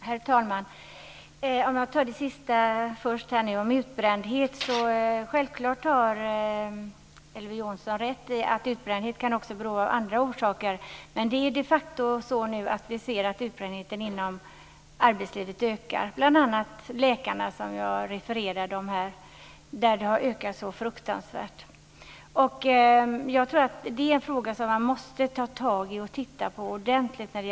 Herr talman! Låt mig ta det sista om utbrändhet först. Elver Jonsson har självfallet rätt i att utbrändhet kan ha andra orsaker. Men det är de facto så att vi ser att utbrändheten i arbetslivet ökar. Jag tog upp läkarna här. Där har utbrändheten ökat fruktansvärt mycket. Jag tror att detta är en fråga som man måste ta tag i och titta på ordentligt.